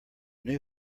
new